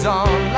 on